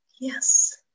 yes